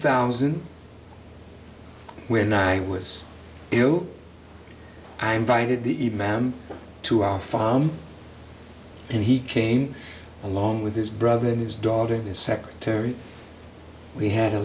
thousand where night was ill i invited the eve man to our farm and he came along with his brother and his daughter and his secretary we had a